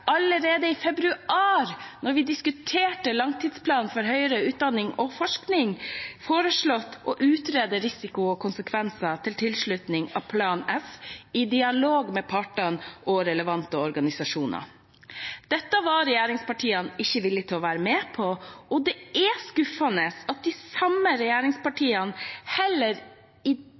allerede i februar, da vi diskuterte langtidsplanen for høyere utdanning og forskning, foreslått å utrede risiko og konsekvenser ved tilslutning til Plan S i dialog med partene og relevante organisasjoner. Dette var regjeringspartiene ikke villig til å være med på, og det er skuffende at de samme regjeringspartiene heller ikke i